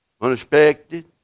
Unexpected